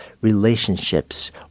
relationships